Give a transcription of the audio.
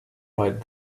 right